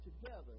together